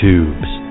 Tubes